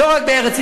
לא רק בארץ-ישראל,